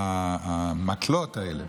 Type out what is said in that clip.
המקלות האלה,